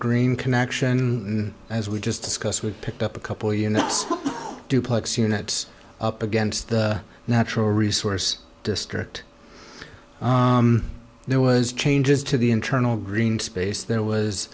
green connection as we just discussed we picked up a couple you know us duplex units up against the natural resource district there was changes to the internal green space there was